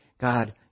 God